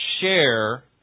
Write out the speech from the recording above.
share